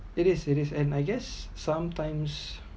it is it is and my guess sometimes